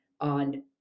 on